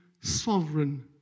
sovereign